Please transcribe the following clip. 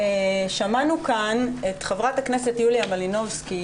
שמענו כאן את חברת הכנסת יוליה מלינובסקי